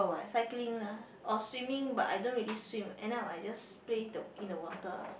cycling lah or swimming but I don't really swim end up I just play the in the water